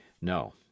No